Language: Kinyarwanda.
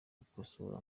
gukosora